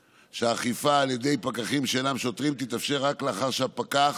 שהאכיפה על ידי פקחים שאינם שוטרים תתאפשר רק לאחר שהפקח